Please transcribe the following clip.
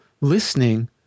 listening